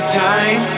time